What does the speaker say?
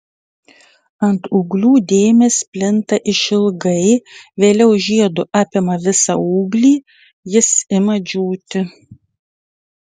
ant ūglių dėmės plinta išilgai vėliau žiedu apima visą ūglį jis ima džiūti